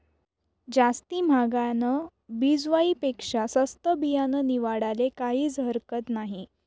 जास्ती म्हागानं बिजवाई पेक्शा सस्तं बियानं निवाडाले काहीज हरकत नही